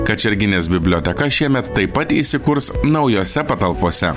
kačerginės biblioteka šiemet taip pat įsikurs naujose patalpose